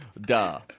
Duh